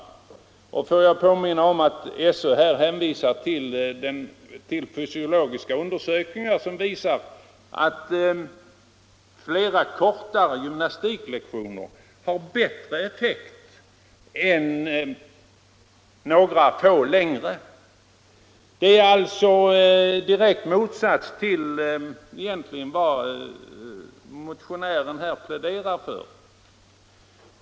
Fysisk träning Får jag påminna om att SÖ hänvisar till fysiologiska undersökningar m.m. som visar att flera kortare gymnastiklektioner ger bättre effekt än några få längre. Det är egentligen raka motsatsen till vad motionärerna pläderar för.